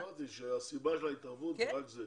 אמרתי שהסיבה של ההתערבות זה רק זה,